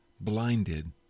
blinded